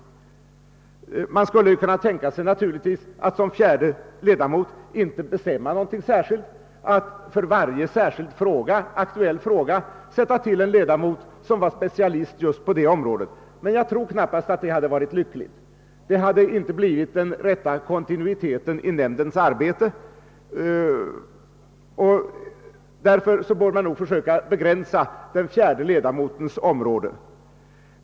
Man skulle naturligtvis kunna tänka sig att beträffande den fjärde ledamoten inte bestämma något särskilt utan för varje aktuell fråga till-- sätta en ledamot som var specialist just på det området, men jag tror inte att det vore lyckligt; det hade inte blivit den rätta kontinuiteten i nämndens: arbete. Därför bör man nog försöka begränsa den fjärde ledamotens område.